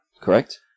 correct